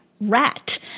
rat